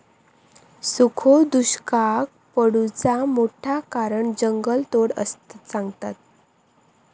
सुखो दुष्काक पडुचा मोठा कारण जंगलतोड सांगतत